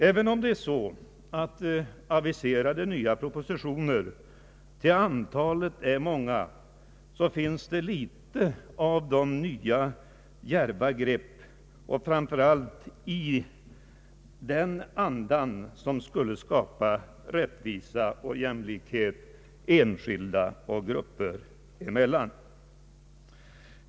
Även om de aviserade nya propositionerna är många till antalet så finns det föga av de nya djärva grepp som skulle skapa rättvisa och jämlikhet enskilda och grupper emellan.